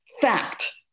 fact